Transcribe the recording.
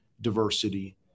diversity